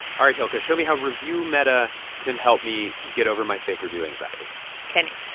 all right, hilke, show me how reviewmeta can help me get over my fake review anxiety kenny,